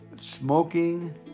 smoking